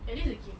at least dia cute